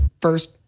first